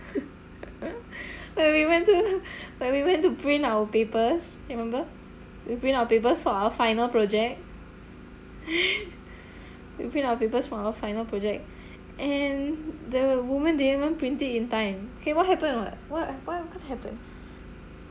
like we went to like we went to print our papers remember we bring our papers for our final project we print our papers for our final project and there were women they didn't even print it in time okay what happened wha~ wha~ wha~ what happened